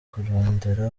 kurondera